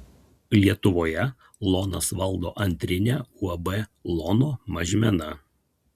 lietuvoje lonas valdo antrinę uab lono mažmena